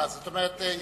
זאת אומרת,